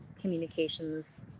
communications